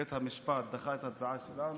בית המשפט דחה את התביעה שלנו,